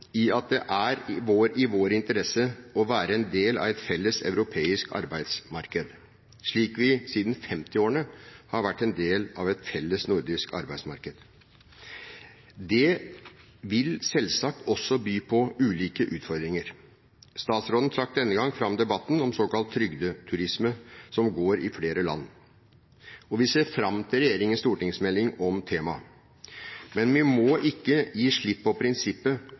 at det er i vår interesse å være en del av et felles europeisk arbeidsmarked, slik vi siden 1950-årene har vært en del av et felles nordisk arbeidsmarked. Det vil selvsagt også by på ulike utfordringer. Statsråden trakk denne gang fram debatten om såkalt trygdeturisme som går i flere land. Vi ser fram til regjeringens stortingsmelding om temaet, men vi må ikke gi slipp på prinsippet